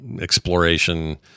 exploration